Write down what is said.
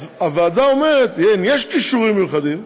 אז הוועדה אומרת: כן, יש כישורים מיוחדים,